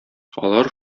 алар